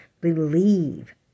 believe